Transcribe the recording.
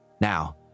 Now